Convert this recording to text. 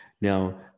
Now